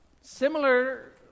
similar